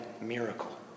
miracle